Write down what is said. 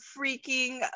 freaking